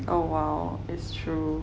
oh !wow! it's true